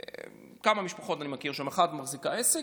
כמה משפחות אני מכיר שם, אחת מחזיקה עסק.